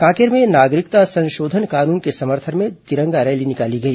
कांकेर में नागरिकता संशोधन कानून के समर्थन में तिरंगा रैली निकाली गई